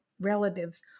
relatives